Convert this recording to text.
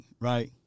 right